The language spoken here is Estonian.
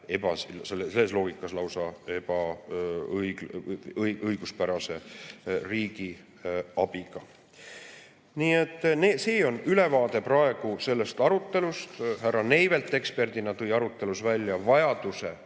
ole selles loogikas lausa ebaõiguspärase riigiabiga. Nii et see on ülevaade praegu sellest arutelust. Härra Neivelt eksperdina tõi arutelus välja vajaduse